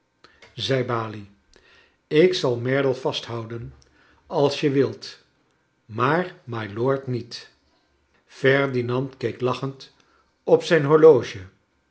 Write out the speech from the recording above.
zei balie ik zal merdle vasthouden als je wilt maar mylord niet ferdinand keek lachend op zijn horloge